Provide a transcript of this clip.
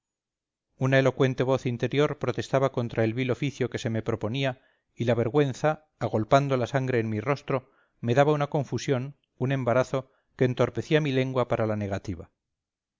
una elocuente voz interior protestaba contra el vil oficio que se me proponía y la vergüenza agolpando la sangre en mi rostro me daba una confusión un embarazo que entorpecía mi lengua para la negativa